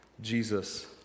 Jesus